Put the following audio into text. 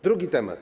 Drugi temat.